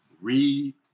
read